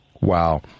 Wow